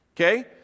Okay